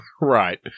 Right